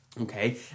Okay